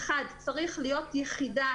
ראשית צריכה להיות יחידה